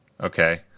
Okay